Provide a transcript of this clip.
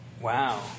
Wow